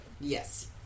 Yes